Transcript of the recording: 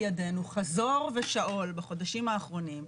על ידנו חזור ושאול בחודשים האחרונים,